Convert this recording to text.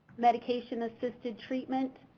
medication-assisted treatment?